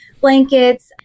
blankets